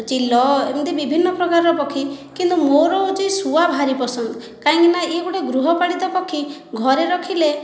ଚିଲ ଏମିତି ବିଭିନ୍ନ ପ୍ରକାରର ପକ୍ଷୀ କିନ୍ତୁ ମୋର ହେଉଛି ଶୁଆ ଭାରି ପସନ୍ଦ କାହିଁକି ନା ଇଏ ଗୋଟିଏ ଗୃହପାଳିତ ପକ୍ଷୀ ଘରେ ରଖିଲେ ୟାର